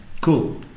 cool